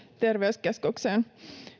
terveyskeskukseen